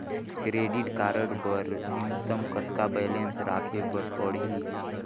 Credit card बर न्यूनतम कतका बैलेंस राखे बर पड़ही?